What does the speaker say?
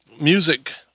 music